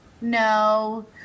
no